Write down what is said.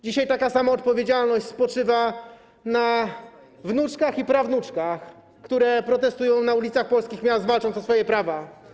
Dzisiaj taka sama odpowiedzialność spoczywa na wnuczkach i prawnuczkach, które protestują na ulicach polskich miast, walcząc o swoje prawa.